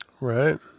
right